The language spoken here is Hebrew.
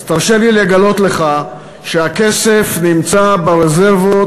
אז תרשה לי לגלות לך שהכסף נמצא ברזרבות